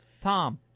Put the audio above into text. Tom